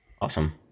awesome